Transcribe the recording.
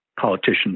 politicians